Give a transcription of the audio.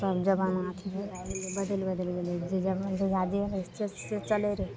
तब जमाना अथी भए बदलि बदलि गेलय जे ज जहिया जे रहय से चलय रहय